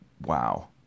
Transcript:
wow